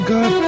God